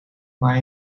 maar